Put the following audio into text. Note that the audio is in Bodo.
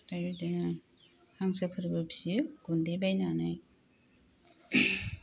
दायो बिदिनो हांसो फोरबो फियो गुनदै बायनानै